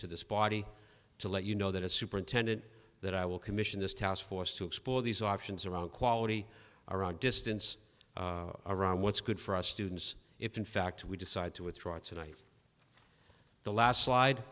to this body to let you know that a superintendent that i will commission this task force to explore these options around quality or distance around what's good for us students if in fact we decide to withdraw tonight the last slide